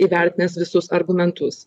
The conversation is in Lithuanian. įvertinęs visus argumentus